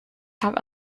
have